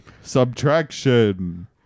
subtraction